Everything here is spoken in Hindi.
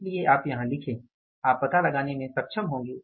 इसलिए आप यहाँ लिखे आप पता लगाने में सक्षम होंगे